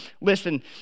Listen